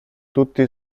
tutti